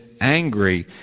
angry